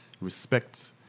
respect